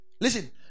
listen